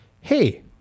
hey